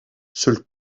seul